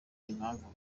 impamvu